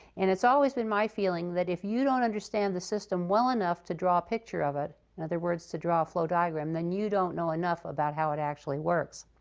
and it's always been my feeling that if you don't understand the system well enough to draw a picture of it in other words, to draw flow diagram then you don't know enough about how it actually works.